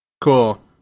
Cool